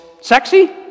sexy